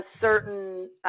certain